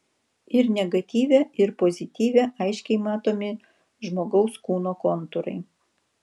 ir negatyve ir pozityve aiškiai matomi žmogaus kūno kontūrai